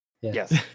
Yes